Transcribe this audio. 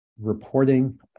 reporting